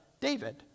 David